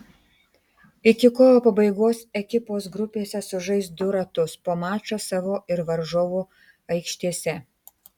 iki kovo pabaigos ekipos grupėse sužais du ratus po mačą savo ir varžovų aikštėse